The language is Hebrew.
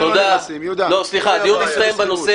הדיון בנושא הסתיים.